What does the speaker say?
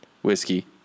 whiskey